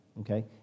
okay